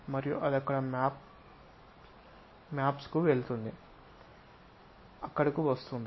మరియు అది అక్కడ మ్యాప్స్ కు వెళుతుంది అక్కడకు వస్తుంది